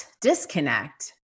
disconnect